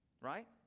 right